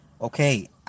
Okay